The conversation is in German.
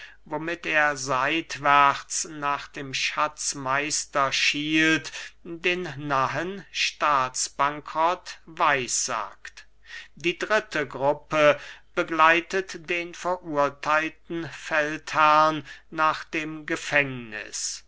womit er seitwärts nach dem schatzmeister schielt den nahen staatsbankrott weissagt die dritte gruppe begleitet den verurtheilten feldherrn nach dem gefängniß